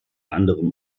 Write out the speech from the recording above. anderem